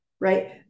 right